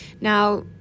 Now